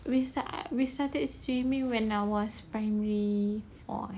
we start we started swimming when I was primary four eh